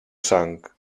sang